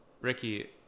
Ricky